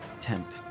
temp